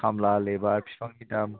खामला लेबार बिफांनि दाम